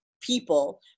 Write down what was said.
people